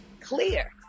clear